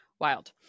Wild